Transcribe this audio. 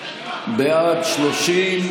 בעד, 30,